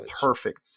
perfect